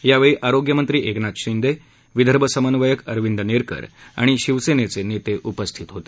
यावेळी आरोग्यमंत्री एकनाथ शिंदे विदर्भ समन्वयक अरविंद नेरकर आणि शिवसेनेचे नेते उपस्थित होते